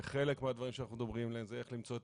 וחלק מהדברים שאנחנו מדברים עליהם זה איך למצוא את